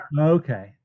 okay